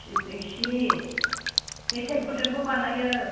सिनि मेथाय गुरजोंबो बानायो